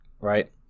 right